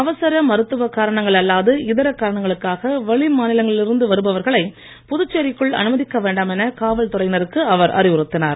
அவசர மருத்துவ காரணங்கள் அல்லாது இதர காரணங்களுக்காக வெளி மாநிலங்களில் இருந்து வருபவர்களை புதுச்சேரி க்குள் அனுமதிக்க வேண்டாம் என காவல் துறையினருக்கு அவர் அறிவுறுத்தினார்